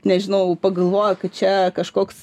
nežinau pagalvojo kad čia kažkoks